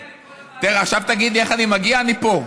כן, עכשיו תגיד, איך אני מגיע מפה?